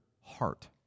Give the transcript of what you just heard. heart